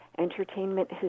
entertainment